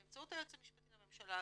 באמצעות היועץ המשפטי לממשלה,